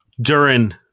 Durin